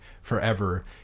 forever